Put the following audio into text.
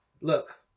look